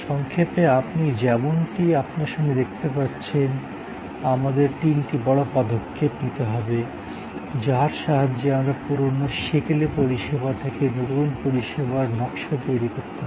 সংক্ষেপে আপনি যেমনটি আপনার সামনে দেখতে পাচ্ছেন আমাদের তিনটি বড় পদক্ষেপ নিতে হবে যার সাহায্যে আমরা পুরানো সেকেলে পরিষেবা থেকে নতুন পরিষেবার নকশা তৈরী করতে পারি